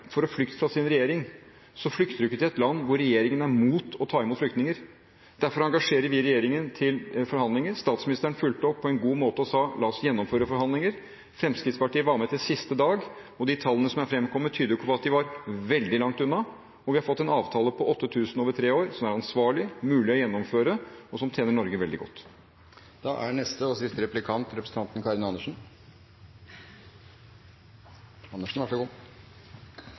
fra sin regjering, flykter man ikke til et land der regjeringen er imot å ta imot flyktninger. Derfor engasjerte vi regjeringen til forhandlinger. Statsministeren fulgte opp på en god måte og sa: La oss gjennomføre forhandlinger. Fremskrittspartiet var med til siste dag, og de tallene som er fremkommet, tyder ikke på at de var veldig langt unna. Vi har fått en avtale om 8 000 over tre år, som er ansvarlig, som er mulig å gjennomføre, og som tjener Norge veldig godt. Vi har den største menneskeskapte katastrofen i vår tid. Det så